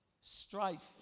Strife